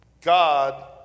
God